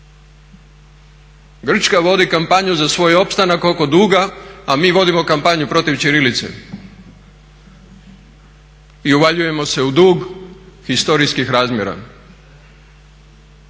Grčka vodi kampanju za svoj opstanak oko duga, a mi vodimo kampanju protiv ćirilice i uvaljujemo se u dug povijesnih razmjera.